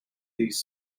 these